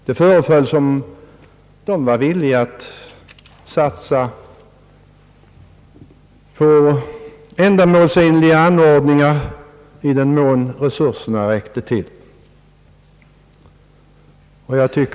Det föreföll som om de var villiga att satsa på ändamålsenliga anordningar i den mån resurserna räckte till.